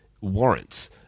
warrants